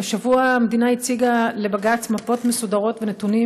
השבוע הציגה המדינה לבג"ץ מפות מסודרות ונתונים